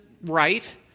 right